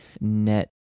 net